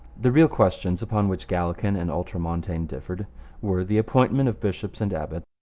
the real questions upon which gallican and ultramontane differed were the appointment of bishops and abbots,